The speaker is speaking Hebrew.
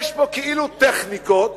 יש פה כאילו טכניקות